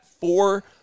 four